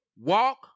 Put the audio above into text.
walk